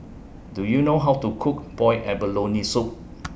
Do YOU know How to Cook boiled abalone Soup